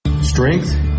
Strength